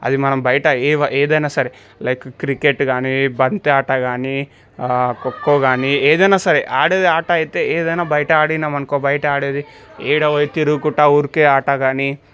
అది మనం బయట ఏవైనా ఏదైనా సరే లైక్ క్రికెట్ కానీ బంతి ఆట కానీ ఖోఖో కానీ ఏదైనా సరే ఆడేది ఆట అయితే ఏదైనా బయట ఆడినాము అనుకో బయట ఆడేది ఏడవోయి తిరుగుకుంటూ ఉరికే ఆట కానీ